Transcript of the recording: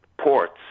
ports